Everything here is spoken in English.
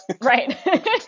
right